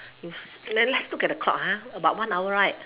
you s~ let let's look at the clock ah about one hour right